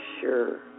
sure